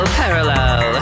parallel